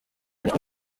bicwa